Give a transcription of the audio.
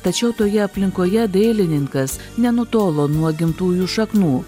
tačiau toje aplinkoje dailininkas nenutolo nuo gimtųjų šaknų